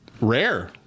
rare